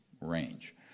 range